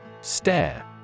Stare